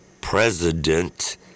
President